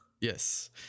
Yes